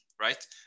right